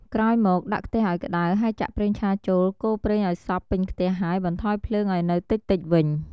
ក្រោយមក ដាក់ខ្ទះឱ្យក្តៅហើយចាក់ប្រេងឆាចូល កូរប្រេងឱ្យសព្វពេញខ្ទះហើយបន្ថយភ្លើងឱ្យនៅតិចៗវិញ។